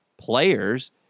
players